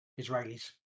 Israelis